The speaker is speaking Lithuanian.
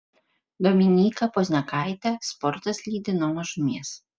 dominyką pozniakaitę sportas lydi nuo mažumės